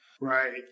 Right